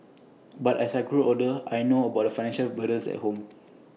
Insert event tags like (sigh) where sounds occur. (noise) but as I grew older I knew about the financial burdens at home